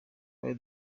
twari